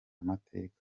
mateka